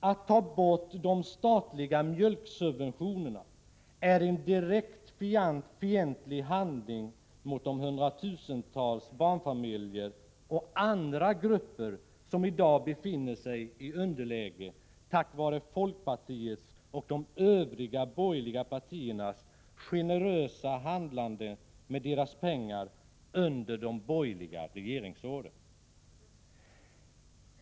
Att ta bort de statliga mjölksubventionerna är en direkt fientlig handling mot de hundratusentals barnfamiljer — och mot andra grupper — som i dag befinner sig i underläge på grund av folkpartiets och de Övriga borgerliga partiernas generösa handlande med deras pengar under de borgerliga regeringsåren.